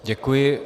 Děkuji.